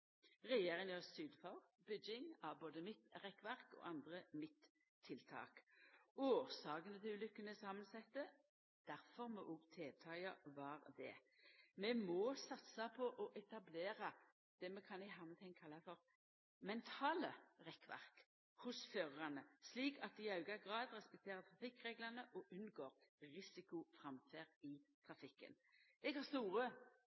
har sytt for bygging av både midtrekkverk og andre midttiltak. Årsakene til ulukkene er samansette. Difor må òg tiltaka vera det. Vi må satsa på å etablera det vi i hermeteikn kan kalla for «mentale rekkverk» hos førarane, slik at dei i auka grad respekterer trafikkreglane og unngår risikoframferd i trafikken. Eg har store